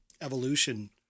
evolution